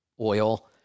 oil